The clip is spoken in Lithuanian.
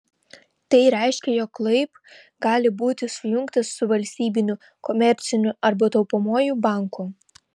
tai reiškia jog laib gali būti sujungtas su valstybiniu komerciniu arba taupomuoju banku